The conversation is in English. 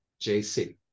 JC